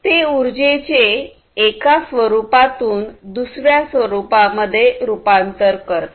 ते ऊर्जेचे एका स्वरूपातून दुसऱ्या स्वरूपामध्ये रुपांतर करते